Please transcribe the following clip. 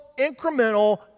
incremental